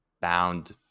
bound